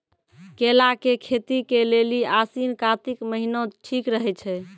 केला के खेती के लेली आसिन कातिक महीना ठीक रहै छै